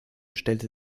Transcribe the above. stellte